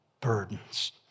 burdens